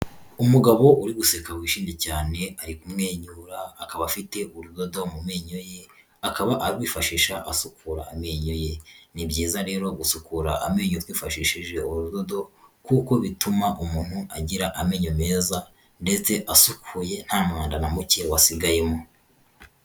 Umugabo uri guseka wishimye cyane ari kumwenyura, akaba afite urudodo mu menyo ye, akaba arwifashisha asukura amenyo ye, ni byiza rero gusukura amenyo twifashishije urudodo kuko bituma umuntu agira amenyo meza ndetse asukuye, nta mwanda na muke wasigayemo.